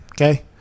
Okay